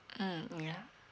mmhmm yeah